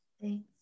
thanks